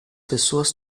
pessoas